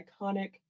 iconic